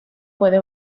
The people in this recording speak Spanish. puede